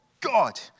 God